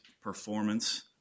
performance